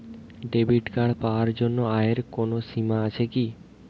Debit card পাওয়ার জন্য আয়ের কোনো সীমা আছে কি?